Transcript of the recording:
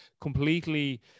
completely